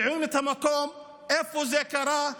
יודעים מה המקום, איפה זה קרה.